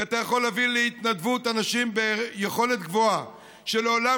כי אתה יכול להביא להתנדבות אנשים בעלי יכולת גבוהה שלעולם